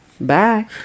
Bye